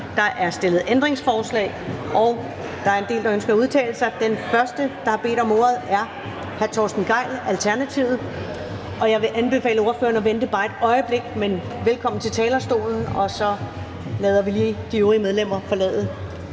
Der er stillet ændringsforslag. Og der er en del, der ønsker at udtale sig. Den første, der har bedt om ordet, er hr. Torsten Gejl, Alternativet. Velkommen til talerstolen. Jeg vil anbefale ordføreren at vente bare et øjeblik, og så lader vi lige de øvrige medlemmer forlade